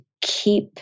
keep